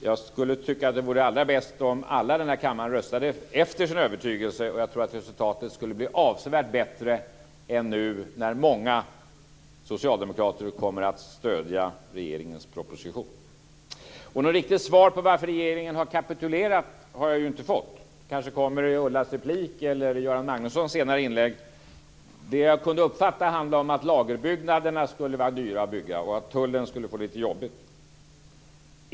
Jag tycker att det skulle vara allra bäst om alla i den här kammaren röstade efter sin övertygelse, och jag tror att resultatet skulle bli avsevärt bättre än nu, när många socialdemokrater kommer att stödja regeringens proposition. Något riktigt svar på varför regeringen har kapitulerat har jag inte fått, men det kanske kommer i Ullas replik eller i Göran Magnussons senare inlägg. Det som jag kunde uppfatta handlade om att lagerbyggnaderna skulle vara dyra att bygga, och att tullen skulle få det lite jobbigt.